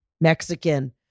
Mexican